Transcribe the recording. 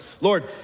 Lord